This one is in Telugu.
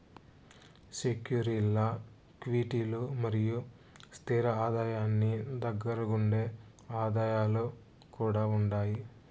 సెక్యూరీల్ల క్విటీలు మరియు స్తిర ఆదాయానికి దగ్గరగుండే ఆదాయాలు కూడా ఉండాయి